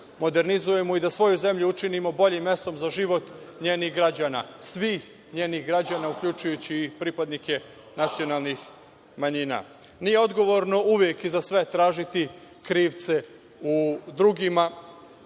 modernizujemo i da svoju zemlju učinimo boljim mestom za život njenih građana, svih njenih građana, uključujući i pripadnike nacionalnih manjina. Nije odgovorno uvek i za sve tražiti krivce u drugima